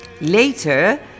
Later